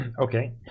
Okay